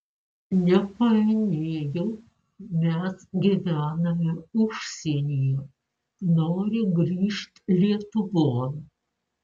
nepaminėjau mes gyvename užsienyje noriu grįžt lietuvon